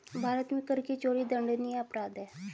भारत में कर की चोरी दंडनीय अपराध है